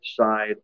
side